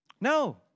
No